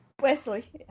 Wesley